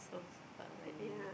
so funny